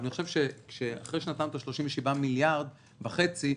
אני חושב שאחרי שנתת 37.5 מיליארד,